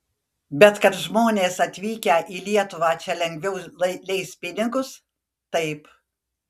bet kad žmonės atvykę į lietuvą čia lengviau leis pinigus taip